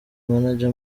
manager